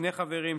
שני חברים,